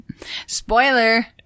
Spoiler